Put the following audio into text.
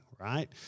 right